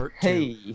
Hey